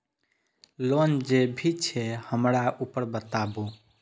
Loan जे भी छे हमरा ऊपर बताबू?